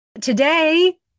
Today